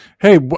Hey